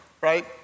right